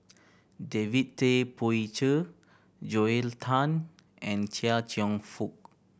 David Tay Poey Cher Joel Tan and Chia Cheong Fook